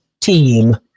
team